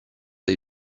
dei